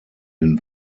den